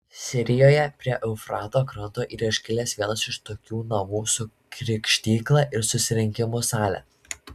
sirijoje prie eufrato kranto yra išlikęs vienas iš tokių namų su krikštykla ir susirinkimų sale